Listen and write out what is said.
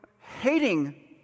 hating